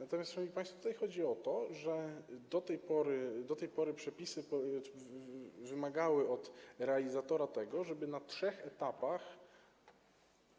Natomiast, szanowni państwo, chodzi o to, że do tej pory przepisy wymagały od realizatora tego, żeby na trzech etapach